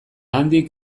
handik